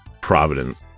Providence